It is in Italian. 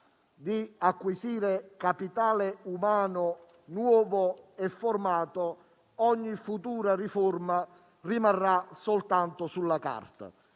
di acquisire capitale umano nuovo e formato, ogni futura riforma rimarrà soltanto sulla carta.